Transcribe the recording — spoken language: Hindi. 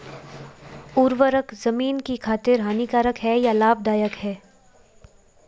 उर्वरक ज़मीन की खातिर हानिकारक है या लाभदायक है?